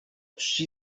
she